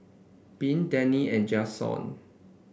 Bea Dani and Jaxon